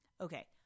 okay